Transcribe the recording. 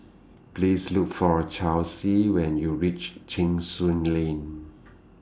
Please Look For Chelsie when YOU REACH Cheng Soon Lane